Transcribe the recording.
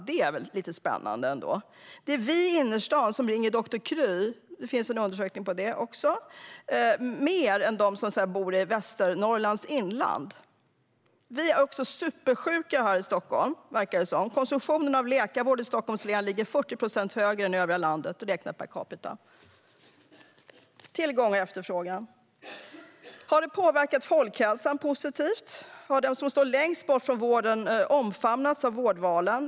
Det är ändå lite spännande. Vi i innerstaden ringer doktor Kry - det finns en undersökning om det också - mer än de som bor i Västernorrlands inland. Vi är också supersjuka här i Stockholm, verkar det som. Konsumtionen av läkarvård i Stockholms län ligger 40 procent högre än i övriga landet, räknat per capita. Det handlar om tillgång och efterfrågan. Har detta påverkat folkhälsan positivt? Har de som står längst ifrån vården omfamnats av vårdvalen?